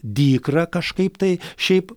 dykrą kažkaip tai šiaip